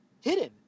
hidden